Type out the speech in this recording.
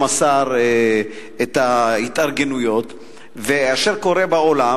השר את ההתארגנויות ואת אשר קורה בעולם.